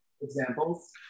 examples